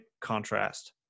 contrast